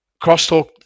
crosstalk